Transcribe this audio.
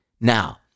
now